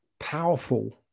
powerful